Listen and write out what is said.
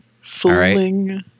Fling